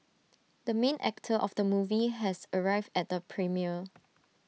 the main actor of the movie has arrived at the premiere